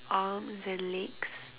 arms and legs